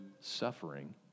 suffering